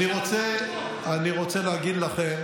אני רוצה להגיד לכם